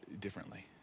differently